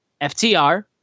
FTR